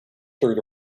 through